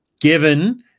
given